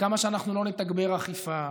וכמה שאנחנו לא נתגבר אכיפה,